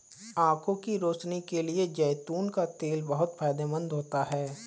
आंखों की रोशनी के लिए जैतून का तेल बहुत फायदेमंद होता है